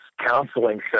counseling